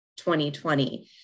2020